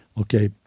okay